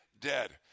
dead